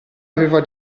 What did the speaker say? aveva